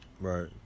Right